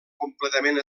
completament